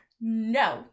no